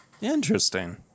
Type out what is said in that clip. Interesting